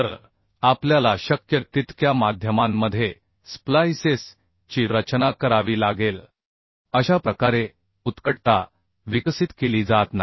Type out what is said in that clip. तर आपल्याला शक्य तितक्या माध्यमांमध्ये स्प्लाइसेस ची रचना करावी लागेल अशा प्रकारे उत्कटता विकसित केली जात नाही